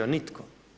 Nitko.